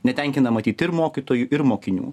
netenkina matyt ir mokytojų ir mokinių